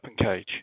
OpenCage